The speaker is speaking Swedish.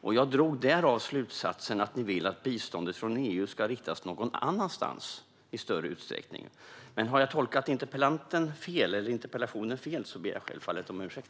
Därav drog jag slutsatsen att ni vill att biståndet från EU ska riktas någon annanstans i större utsträckning, men om jag har tolkat interpellationen fel ber jag självfallet om ursäkt.